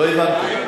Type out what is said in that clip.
לא הבנתי.